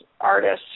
artists